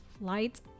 Light